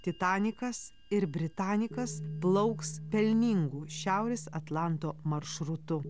titanikas ir britanikas plauks pelningu šiaurės atlanto maršrutu